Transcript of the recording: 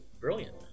brilliant